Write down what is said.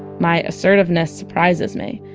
my assertiveness surprises me.